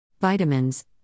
Vitamins